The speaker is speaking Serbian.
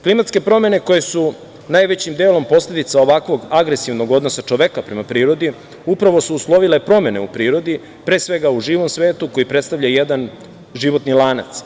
Klimatske promene koje su najvećim delom posledica ovakvog agresivnog odnosa čoveka prema prirodi, upravo su uslovile promene u prirodi, pre svega, u živom svetu koji predstavlja jedan životni lanac.